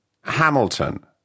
Hamilton